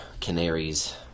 canaries